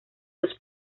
los